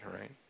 Right